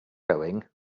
going